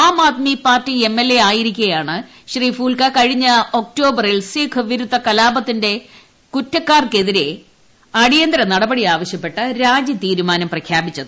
am Aadmi Party M L A ആയിരിക്കേയാണ് കഴിഞ്ഞ ഒക്ടോബറിൽ സിഖ് ശ്രീ ഫൂൽക്ക വിരുദ്ധ കലാപത്തിലെ കുറ്റക്കാർക്കെതിരെ അടിയന്തര നടപടി ആവശ്യപ്പെട്ട് രാജി തീരുമാനം പ്രഖ്യാപിച്ചത്